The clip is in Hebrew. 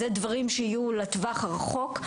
אלה דברים שיהיו לטווח הארוך.